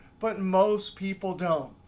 but most people don't.